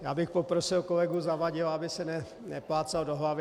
Já bych poprosil kolegu Zavadila, aby se neplácal do hlavy.